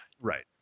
Right